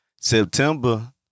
September